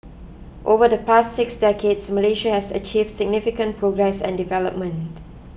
over the past six decades Malaysia has achieved significant progress and development